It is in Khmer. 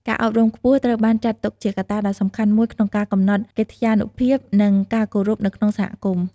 ការអប់រំខ្ពស់ត្រូវបានចាត់ទុកជាកត្តាដ៏សំខាន់មួយក្នុងការកំណត់កិត្យានុភាព និងការគោរពនៅក្នុងសហគមន៍។